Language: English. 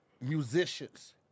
musicians